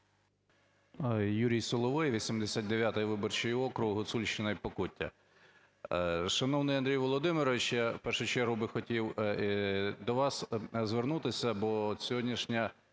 Юрій Соловей, 89 виборчий округ, Гуцульщина і Покуття. Шановний Андрій Володимирович, я в першу чергу би хотів до вас звернутися, бо сьогоднішня